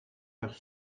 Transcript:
heures